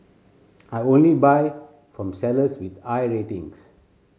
I only buy from sellers with I ratings